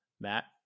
Matt